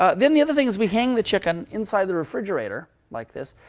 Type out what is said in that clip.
ah then the other thing is, we hang the chicken inside the refrigerator like this.